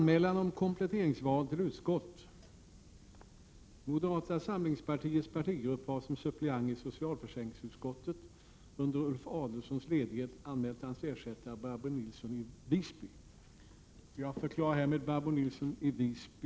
Moderata samlingspartiets partigrupp har som suppleant i socialförsäkringsutskottet under Ulf Adelsohns ledighet anmält hans ersättare Barbro Nilsson i Visby.